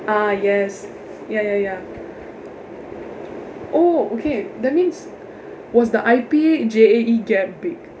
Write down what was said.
ah yes ya ya ya oh okay that means was the I_P J_A_E gap big